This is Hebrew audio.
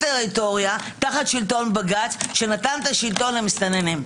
טריטוריה תחת שלטון בג"ץ שנתן את השלטון למסתננים.